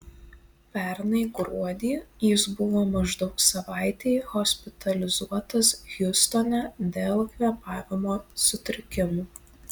pernai gruodį jis buvo maždaug savaitei hospitalizuotas hjustone dėl kvėpavimo sutrikimų